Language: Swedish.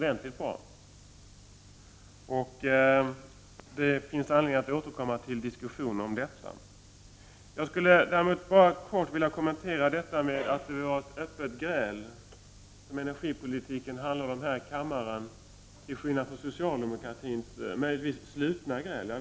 Det finns anledning att återkomma till en diskussion om detta. Jag skulle däremot nu bara kort vilja göra några kommentarer med anledning av vad som betecknas som ett öppet gräl om energipolitiken här i kammaren — kanske till skillnad från socialdemokratins slutna gräl.